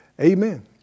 Amen